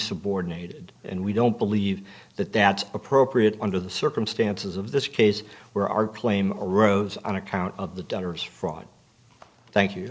subordinated and we don't believe that that's appropriate under the circumstances of this case where our claim arose on account of the donors fraud thank you